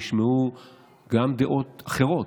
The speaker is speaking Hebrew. נשמעו גם דעות אחרות.